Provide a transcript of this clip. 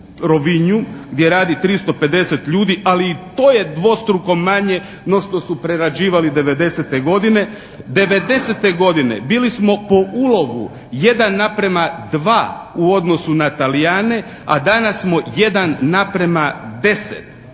Rovinju gdje radi 350 ljudi, ali i to je dvostruko manje no što su prerađivali 1990. godine. 1990. godine bili smo po ulovu 1:2 u odnosu na Talijane. A danas smo 1:10